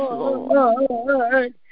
Lord